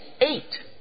Eight